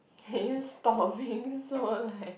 can you storing so like